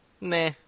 Nah